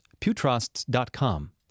pewtrusts.com